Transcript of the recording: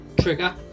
trigger